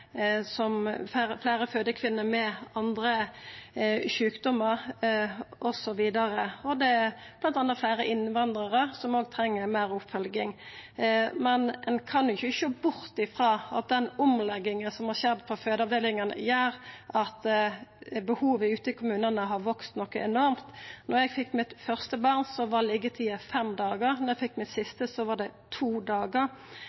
med andre sjukdomar osv., og det er bl.a. fleire innvandrarar som òg treng meir oppfølging. Men ein kan jo ikkje sjå bort frå at den omlegginga som har skjedd på fødeavdelingane, gjer at behovet ute i kommunane har auka noko enormt. Da eg fekk mitt første barn, var liggjetida fem dagar – da eg fekk mitt siste, var ho to dagar.